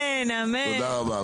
תודה רבה,